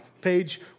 page